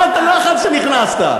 מה הלחץ שנכנסת,